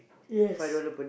yes